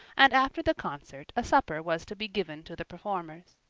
and after the concert a supper was to be given to the performers.